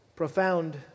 Profound